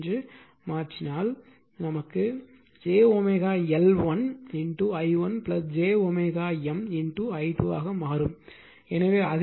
d dt மாற்றினால் இது j wL1 i1 jw M i2 ஆக மாறும்